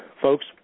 Folks